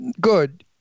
good